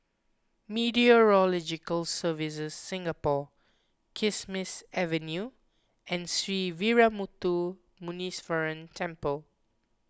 Meteorological Services Singapore Kismis Avenue and Sree Veeramuthu Muneeswaran Temple